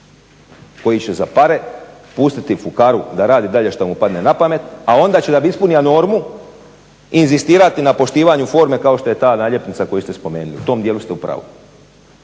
koji će za pare pustiti fukaru da rade dalje šta mu padne na pamet, a onda će da bi ispunio normu inzistirati na poštivanju forme kao što je ta naljepnica koju ste spomenuli, u tom dijelu ste u pravu.